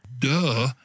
Duh